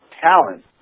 talent